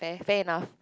and fair enough